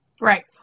Right